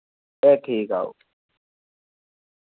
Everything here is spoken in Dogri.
ए ठीक ऐ ओ